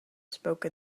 spoke